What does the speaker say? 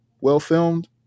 well-filmed